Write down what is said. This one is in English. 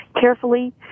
carefully